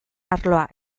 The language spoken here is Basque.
arloa